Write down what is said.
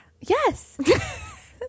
yes